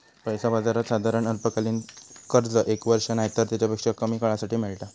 पैसा बाजारात साधारण अल्पकालीन कर्ज एक वर्ष नायतर तेच्यापेक्षा कमी काळासाठी मेळता